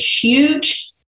huge